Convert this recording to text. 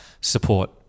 support